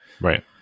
Right